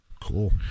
Cool